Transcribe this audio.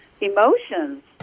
emotions